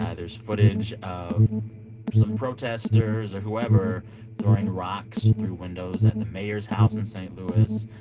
ah there's footage of some protesters or whoever throwing rocks through windows at the mayor's house in st. louis,